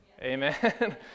Amen